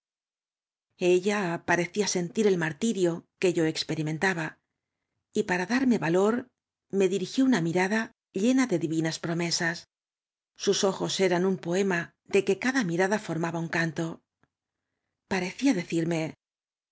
ella parecía sentir el martirio que yo expe ri uentaba y para darme valor me dirigió una mirada llena de divinas promesa sus ojos eran un poema deque cada mirada formaba un canto parecía decirme